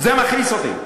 זה מכעיס אותי,